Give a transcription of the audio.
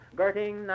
girting